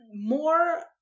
more